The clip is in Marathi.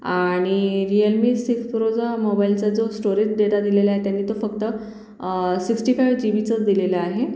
आणि रिअलमी सिक्स प्रोचा मोबाईलचा जो स्टोरेज डेटा दिलेला आहे त्यांनी तो फक्त सिक्सटी फायू जी बीचाच दिलेला आहे